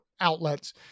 outlets